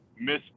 miss